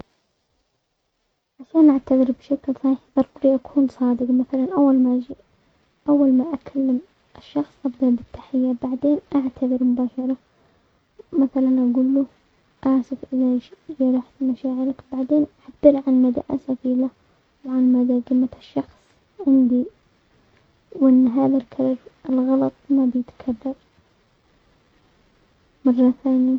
عشان اعتذر بشكل صحيح ضروري اكون صادق، مثلا اول ما اجي اول ما اكلم الشخص ابدأ بالتحية، بعدين اعتذر مباشرة مثلا اقول له اسف اذا جرحت مشاعرك، بعدين احدثه عن مدى اسفي له وعن مدى قيمة الشخص عندي، وان هذا الكرر-الغلط ما بيتكرر مرة ثانية.